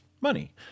money